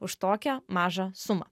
už tokią mažą sumą